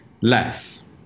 less